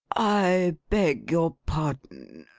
i beg your pardon,